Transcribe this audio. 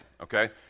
okay